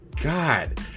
God